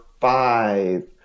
five